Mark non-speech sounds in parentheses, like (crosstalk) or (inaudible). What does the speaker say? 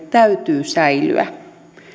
(unintelligible) täytyy säilyä